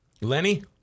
Lenny